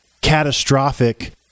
catastrophic